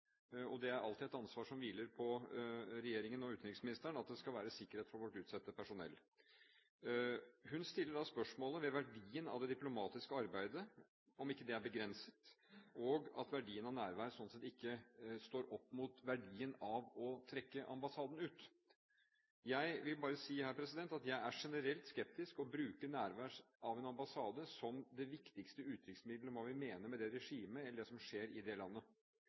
Det er alltid et ansvar som hviler på regjeringen og utenriksministeren, at det skal være sikkerhet for vårt utsendte personell. Lederen stiller spørsmål ved verdien av det diplomatiske arbeidet, om det ikke er begrenset, og at verdien av nærvær sånn sett ikke står mot verdien av å trekke ambassaden ut. Jeg vil bare si at jeg er generelt skeptisk til å bruke nærvær av en ambassade som det viktigste uttrykksmidlet for hva vi mener om det regimet, eller det som skjer i det landet.